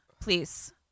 please